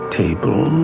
table